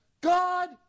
God